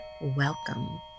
welcome